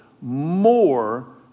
more